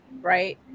right